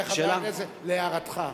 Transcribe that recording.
חבר הכנסת, להערתך,